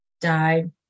died